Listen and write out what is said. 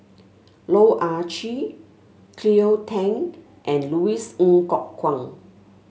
Loh Ah Chee Cleo Thang and Louis Ng Kok Kwang